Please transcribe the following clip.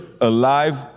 alive